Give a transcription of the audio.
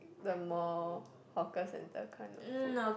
the more hawker centre kinda food